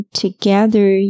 together